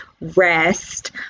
rest